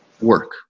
work